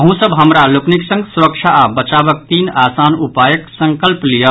अहूँ सभ हमरा लोकनिक संग सुरक्षा आ बचावक तीन आसान उपायक संकल्प लियऽ